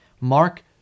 Mark